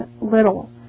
little